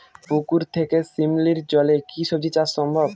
পুকুর থেকে শিমলির জলে কি সবজি চাষ সম্ভব?